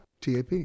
TAP